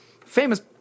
famous